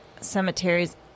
cemeteries